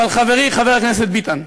אבל, חברי חבר הכנסת ביטן,